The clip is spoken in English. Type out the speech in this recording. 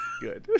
good